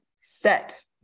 set